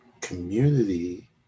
community